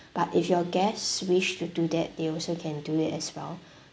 but if your guests wish to do that they also can do it as well